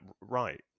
right